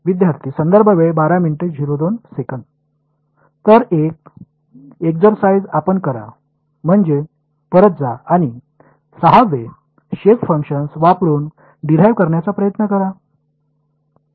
विद्यार्थी तर एक एक्सरसाईझ आपण करा म्हणजे परत जा आणि 6 वे शेप फंक्शन्स वापरून डिराईव्ह करण्याचा प्रयत्न करा